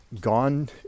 gone